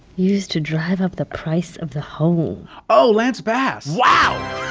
used to drive up the price of the home oh, lance bass wow